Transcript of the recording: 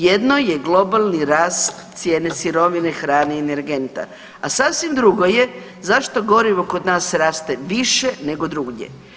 Jedno je globalni rast cijene sirovine, hrane, energenta, a sasvim drugo je zašto gorivo kod nas raste više nego drugdje?